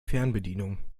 fernbedienung